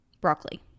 broccoli